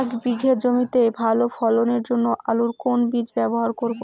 এক বিঘে জমিতে ভালো ফলনের জন্য আলুর কোন বীজ ব্যবহার করব?